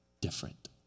different